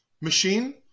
machine